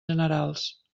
generals